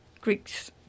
Greeks